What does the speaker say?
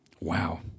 Wow